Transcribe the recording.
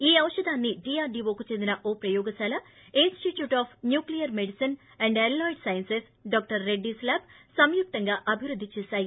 ఈ ఔషధాన్ని డీఆర్లీవోకు చెందిన ఓ ప్రయోగశాల institute of nuclear medicine and allied సైస్స్ డాక్లర్ రెడ్డీస్ ల్యాబ్ సంయుక్తంగా అభివృద్ది చేశాయి